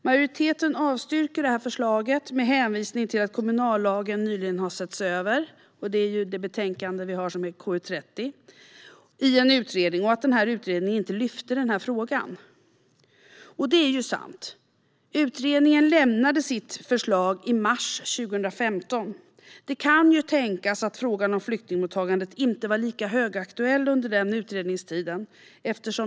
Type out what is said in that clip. Majoriteten avstyrker förslaget med hänvisning till att kommunallagen nyligen har setts över i en utredning - det behandlas i betänkande KU30 - och att utredningen inte lyfte fram frågan. Det är sant. Utredningen lämnade sitt förslag i mars 2015. Det kan tänkas att frågan om flyktingmottagandet inte var lika högaktuell under den utredningstiden.